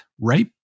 right